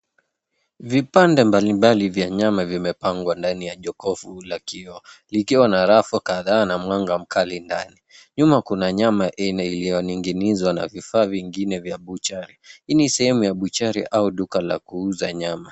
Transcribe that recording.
Vipande mbalimbali vya nyama vimepangwa ndani ya jokovu la kioo likiwa na rafu kadhaa na mwanga mkali ndani. Nyuma kuna nyama ilioning'inizwa na vifaa vingine vya buchari. Hii ni sehemu ya buchari au duka la kuuza nyama.